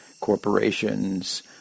corporations